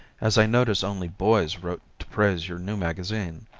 as i notice only boys wrote to praise your new magazine.